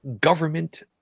government